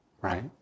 right